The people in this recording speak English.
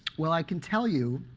well i can tell you,